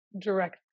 Direct